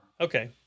Okay